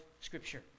Scripture